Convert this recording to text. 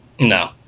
no